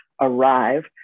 arrive